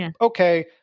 okay